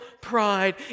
pride